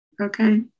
Okay